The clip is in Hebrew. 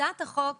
הצבעה החוק התקבל.